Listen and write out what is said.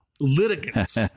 litigants